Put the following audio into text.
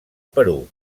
perú